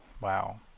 Wow